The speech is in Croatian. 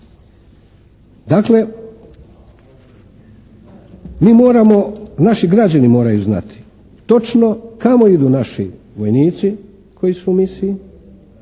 moramo, naši građani moraju znati točno kamo idu naši vojnici koji su u misiji.